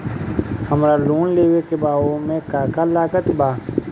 हमरा लोन लेवे के बा ओमे का का लागत बा?